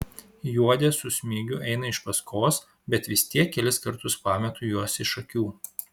juodė su smigiu eina iš paskos bet vis tiek kelis kartus pametu juos iš akių